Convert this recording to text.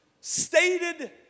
stated